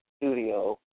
studio